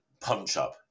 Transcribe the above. punch-up